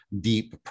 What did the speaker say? deep